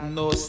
no